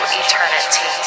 eternity